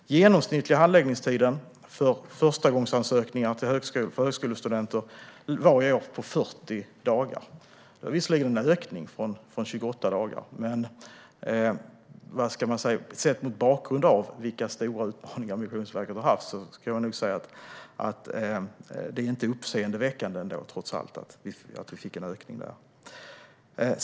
Den genomsnittliga handläggningstiden för förstagångsansökningar för högskolestudenter var i år 40 dagar. Det är visserligen en ökning från 28 dagar, men sett mot bakgrund av de stora utmaningar som Migrationsverket har haft är ökningen trots allt inte uppseendeväckande.